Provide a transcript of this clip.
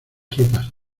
tropas